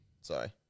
Sorry